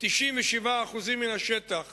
97% מן השטח